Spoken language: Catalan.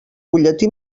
butlletí